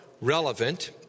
relevant